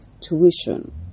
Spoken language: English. tuition